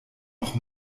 noch